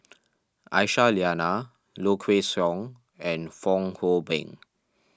Aisyah Lyana Low Kway Song and Fong Hoe Beng